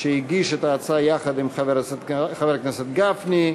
שהגיש את ההצעה יחד עם חבר הכנסת גפני.